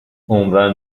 عمرا